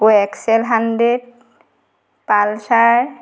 আকৌ excel hundred Pulsar